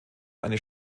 eine